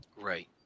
Right